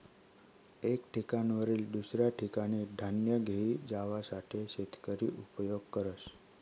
एक ठिकाणवरीन दुसऱ्या ठिकाने धान्य घेई जावासाठे शेतकरी उपयोग करस